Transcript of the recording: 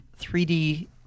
3D